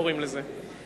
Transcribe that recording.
קוראים לזה.